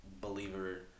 believer